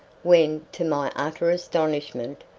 when, to my utter astonishment,